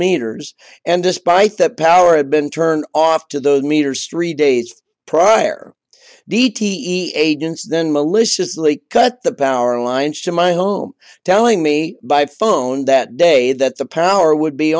meters and despite that power had been turned off to the meters three days prior d t e agents then maliciously cut the power lines to my home telling me by phone that day that the power would be